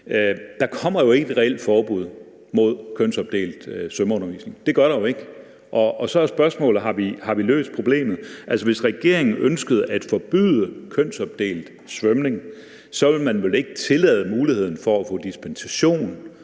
der kommer jo ikke et reelt forbud mod kønsopdelt svømmeundervisning; det gør der jo ikke. Og så er spørgsmålet: Har vi løst problemet? Altså, hvis regeringen ønskede at forbyde kønsopdelt svømning, ville man vel ikke tillade muligheden for at få dispensation,